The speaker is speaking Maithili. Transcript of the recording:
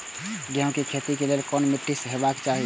गेहूं के खेतीक लेल केहन मीट्टी हेबाक चाही?